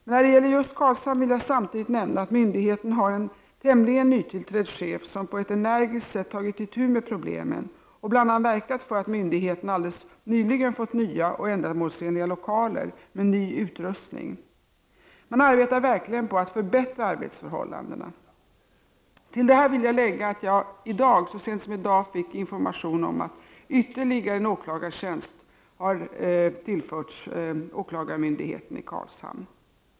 Men när det gäller just Karlshamn vill jag samtidigt nämna att myndigheten har en tämligen nytillträdd chef som på ett energiskt sätt tagit itu med problemen och bl.a. verkat för att myndigheten alldeles nyligen fått nya och ändamålsenliga lokaler med ny utrustning. Man arbetar verkligen på att förbättra arbetsförhållandena. Till detta vill jag säga att jag så sent som i dag fick information om att ytterligare en åklagartjänst har tillförts åklagarmyndigheten i Karlshamn.